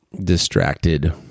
distracted